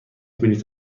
بلیط